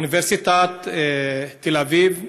באוניברסיטת תל אביב,